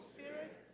Spirit